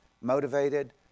motivated